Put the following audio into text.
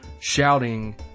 shouting